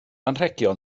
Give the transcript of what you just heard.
anrhegion